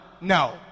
no